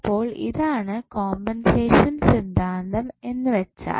അപ്പോൾ ഇതാണ് കോമ്പൻസേഷൻ സിദ്ധാന്തം എന്ന് വെച്ചാൽ